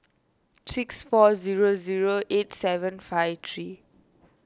six four zero zero eight seven five three